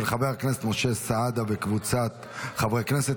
של חבר הכנסת משה סעדה וקבוצת חברי הכנסת,